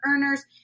earners